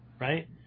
right